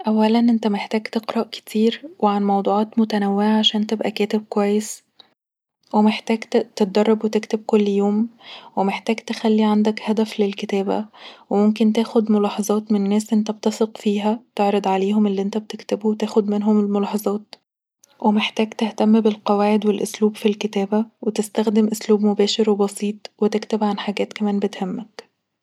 اولا انت محتاج تقرأ كتير وعن موضوعات متنوعة عشان تبقي كاتب كريس ومحتاج تدرب وتكتب كل يوم ومحتاج تخلي عندك هدف للكتابة وممكن تاخد ملاحظات من ناس انت بتثق فيها تعرض عليهم اللي انت بتكتبه وتاخد منهم الملاحظات، ومحتاج تهتم بالقواعد والاسلوب في الكتابه وتستخدم اسلوب مباشر وبسيط وتكتب كمان عن حاجات بتهمك